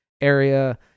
area